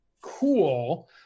cool